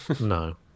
No